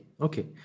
Okay